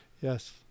Yes